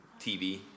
TV